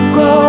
go